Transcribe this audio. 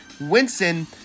Winston